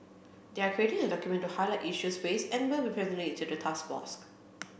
they are creating a document to highlight issues faced and will be presenting it to the task force